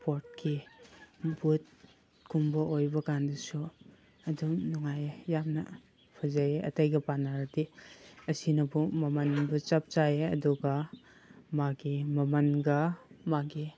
ꯏꯁꯄꯣꯔꯠꯀꯤ ꯕꯨꯠꯀꯨꯝꯕ ꯑꯣꯏꯕꯀꯥꯟꯗꯁꯨ ꯑꯗꯨꯝ ꯅꯨꯡꯉꯥꯏꯌꯦ ꯌꯥꯝꯅ ꯐꯖꯩꯌꯦ ꯑꯇꯩꯒ ꯄꯥꯅꯔꯗꯤ ꯑꯁꯤꯅꯕꯨ ꯃꯃꯟꯕꯨ ꯆꯞ ꯆꯥꯏꯌꯦ ꯑꯗꯨꯒ ꯃꯥꯒꯤ ꯃꯃꯟꯒ ꯃꯥꯒꯤ